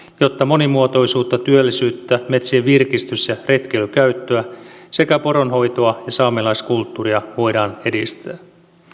jotta monimuotoisuutta työllisyyttä metsien virkistys ja retkeilykäyttöä sekä poronhoitoa ja saamelaiskulttuuria voidaan edistää